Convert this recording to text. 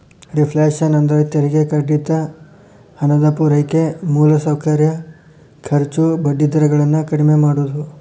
reflation ಅಂದ್ರ ತೆರಿಗೆ ಕಡಿತ ಹಣದ ಪೂರೈಕೆ ಮೂಲಸೌಕರ್ಯ ಖರ್ಚು ಬಡ್ಡಿ ದರ ಗಳನ್ನ ಕಡ್ಮಿ ಮಾಡುದು